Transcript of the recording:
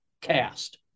cast